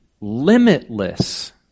limitless